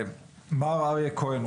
מר אריה כהן,